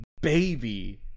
baby